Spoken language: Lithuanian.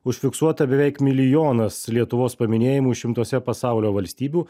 užfiksuota beveik milijonas lietuvos paminėjimų šimtuose pasaulio valstybių